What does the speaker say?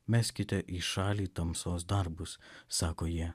meskite į šalį tamsos darbus sako jie